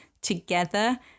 together